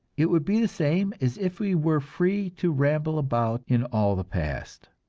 it would be the same as if we were free to ramble about in all the past.